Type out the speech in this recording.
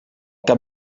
cap